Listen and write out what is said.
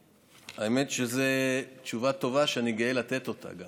האמת היא שזו תשובה טובה שאני גם גאה לתת אותה.